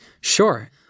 Sure